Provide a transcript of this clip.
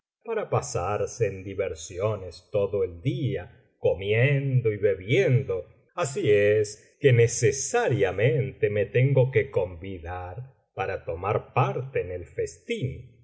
para pasarse en diversiones todo el día comiendo y bebiendo así es que necesariamente me tengo que convidar para tomar parte en el festín me